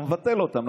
אתה מבטל אותם.